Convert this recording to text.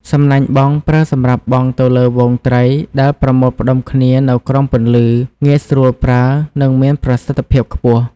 សំណាញ់បង់ ប្រើសម្រាប់បង់ទៅលើហ្វូងត្រីដែលប្រមូលផ្តុំគ្នានៅក្រោមពន្លឺ។ ងាយស្រួលប្រើ និងមានប្រសិទ្ធភាពខ្ពស់។